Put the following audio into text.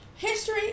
History